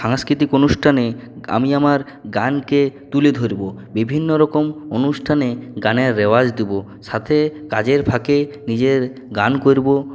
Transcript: সাংস্কৃতিক অনুষ্ঠানে আমি আমার গানকে তুলে ধরবো বিভিন্নরকম অনুষ্ঠানে গানের রেওয়াজ দেব সাথে কাজের ফাঁকে নিজের গান করবো